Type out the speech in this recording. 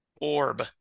Orb